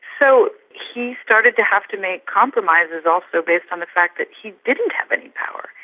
so he started to have to make compromises also based on the fact that he didn't have any powers.